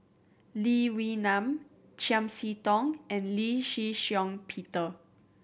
Lee Wee Nam Chiam See Tong and Lee Shih Shiong Peter